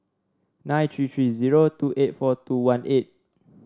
nine three three zero two eight four two one eight